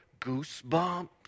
goosebumps